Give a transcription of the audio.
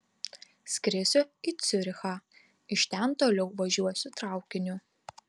skrisiu į ciurichą iš ten toliau važiuosiu traukiniu